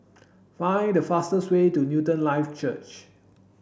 find the fastest way to Newton Life Church